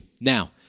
Now